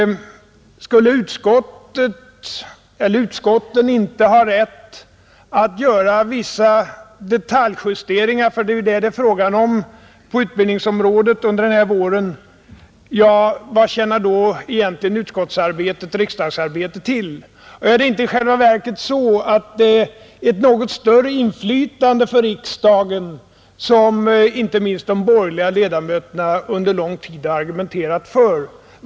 Skulle utskotten inte ha rätt att göra vissa detaljjusteringar — för det är ju detta det gäller på utbildningsområdet under den här våren — vad tjänar då utskottsarbetet eller hela riksdagsarbetet till? Är det inte i själva verket fråga om ett något större inflytande för riksdagen, som inte minst de borgerliga ledamöterna under lång tid har argumenterat för?